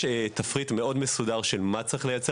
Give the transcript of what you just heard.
יש תפריט מאוד מסודר של מה שצריך לייצר